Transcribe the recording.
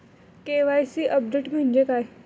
KYC update म्हणजे काय?